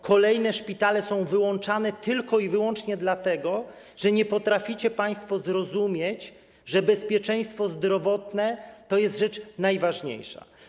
Kolejne szpitale są wyłączane tylko i wyłącznie dlatego, że nie potraficie państwo zrozumieć, że bezpieczeństwo zdrowotne to jest rzecz najważniejsza.